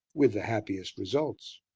with the happiest results.